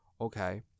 Okay